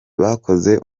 bakoze